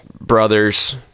brothers